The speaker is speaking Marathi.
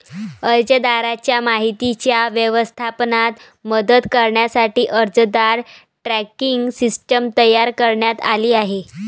अर्जदाराच्या माहितीच्या व्यवस्थापनात मदत करण्यासाठी अर्जदार ट्रॅकिंग सिस्टीम तयार करण्यात आली आहे